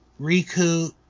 Riku